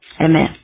Amen